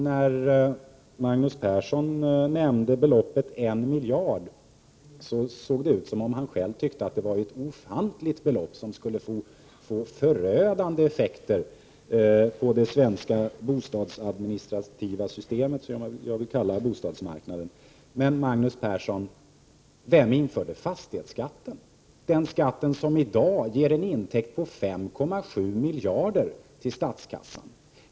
När Magnus Persson nämnde beloppet 1 miljard såg det ut som om han själv tyckte att det var ett ofantligt belopp och att det skulle få förödande effekter för det svenska bostadsadministrativa systemet, som jag vill kalla bostadsmarknaden. Vem införde fastighetsskatten, Magnus Persson? Den skatten ger i dag en intäkt på 5,7 miljarder till statskassan.